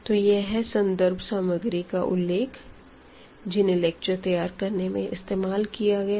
यह सन्दर्भ सामग्री का उल्लेख है जिन्हे लेक्चर तैयार करने में इस्तेमाल किया गया है